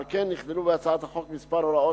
על כן נכללו בהצעת החוק כמה הוראות